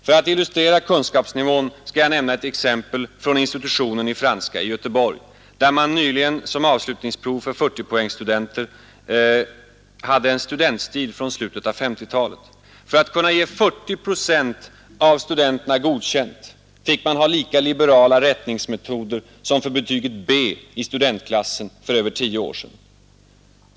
För att illustrera kunskapsnivån skall jag nämna ett exempel från institutionen i franska i Göteborg, där man nyligen som avslutningsprov för 40-poängs-studenterna hade en studentstil från slutet på 1950-talet. För att kunna ge 40 procent av studenterna godkänt fick man ha lika liberala rättningsmetoder som för betyget B i studentklassen för över tio år sedan.